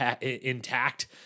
intact